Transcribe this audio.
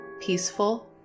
peaceful